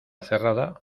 cerrada